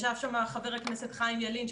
ישב בדיון חבר הכנסת חיים ילין,